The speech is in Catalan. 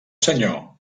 senyor